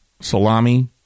salami